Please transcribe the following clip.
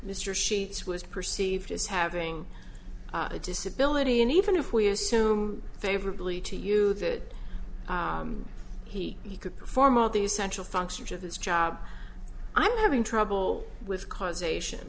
mr sheets was perceived as having a disability and even if we assume favorably to you that he he could perform all these sexual functions of his job i'm having trouble with causation